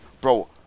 bro